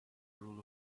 rule